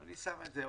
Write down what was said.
אני שם את זה.